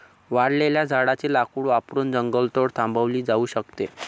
वाळलेल्या झाडाचे लाकूड वापरून जंगलतोड थांबवली जाऊ शकते